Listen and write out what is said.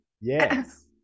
Yes